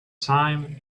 time